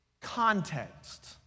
context